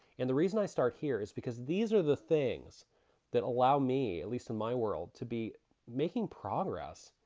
and the reason i start here is because these are the things that allow me, at least in my world, to be making progress.